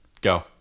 go